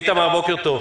איתמר, בוקר טוב.